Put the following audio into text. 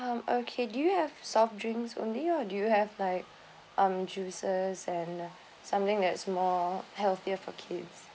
um okay do you have soft drinks only or do you have like um juices and something that's more healthier for kids